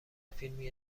فیلمی